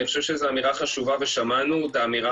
אני חושב שזו אמירה חשובה ושמענו את האמירה